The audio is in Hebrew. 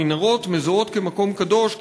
המנהרות מזוהות כמקום קדוש,